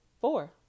Four